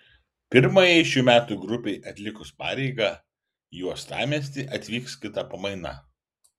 pirmajai šių metų grupei atlikus pareigą į uostamiestį atvyks kita pamaina